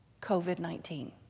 COVID-19